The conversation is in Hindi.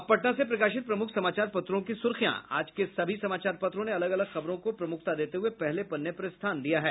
अब पटना से प्रकाशित प्रमुख समाचार पत्रों की सुर्खियां आज के सभी समाचार पत्रों ने अलग अलग खबरों को प्रमुखता देते हुए पहले पन्ने पर स्थान दिया है